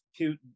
Putin